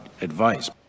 advice